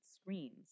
screens